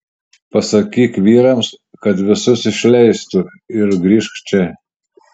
pasakyk vyrams kad visus išleistų ir grįžk čia